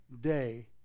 day